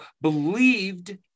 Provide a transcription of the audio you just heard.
believed